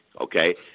okay